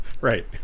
Right